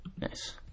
Nice